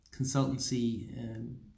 consultancy